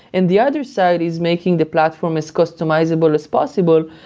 and the other side is making the platform as customizable as possible,